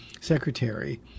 secretary